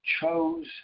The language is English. chose